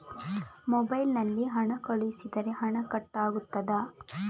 Mobile ನಲ್ಲಿ ಹಣ ಕಳುಹಿಸಿದರೆ ಹಣ ಕಟ್ ಆಗುತ್ತದಾ?